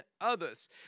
others